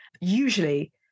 usually